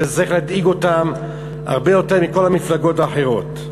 כי זה צריך להדאיג אותם הרבה יותר מאשר את כל המפלגות האחרות.